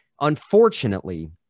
Unfortunately